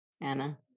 Anna